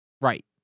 Right